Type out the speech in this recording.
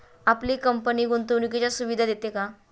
आपली कंपनी गुंतवणुकीच्या सुविधा देते का?